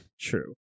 True